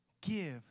give